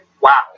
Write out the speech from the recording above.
wow